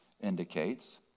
indicates